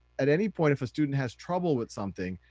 at any point, if a student has trouble with something,